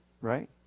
right